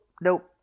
nope